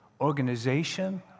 organization